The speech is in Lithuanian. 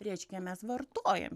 reiškia mes vartojam